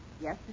Yes